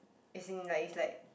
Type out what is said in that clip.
as in like is like